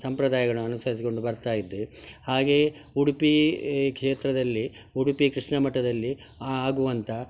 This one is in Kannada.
ಸಂಪ್ರದಾಯಗಳನ್ನು ಅನುಸರಿಸಿಕೊಂಡು ಬರ್ತಾಯಿದ್ದೇವೆ ಹಾಗೆಯೇ ಉಡುಪಿ ಕ್ಷೇತ್ರದಲ್ಲಿ ಉಡುಪಿಯ ಕೃಷ್ಣಮಠದಲ್ಲಿ ಆಗುವಂಥ